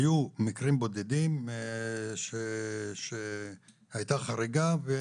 היו מקרים בודדים שהייתה חריגה.